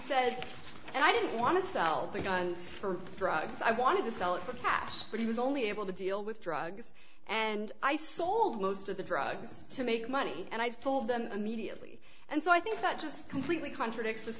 said and i didn't want to sell the guns for drugs i wanted to sell it perhaps but he was only able to deal with drugs and i sold most of the drugs to make money and i sold them immediately and so i think that just completely contradicts